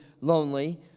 lonely